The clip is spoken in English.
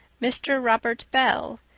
mr. robert bell,